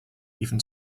even